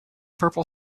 purple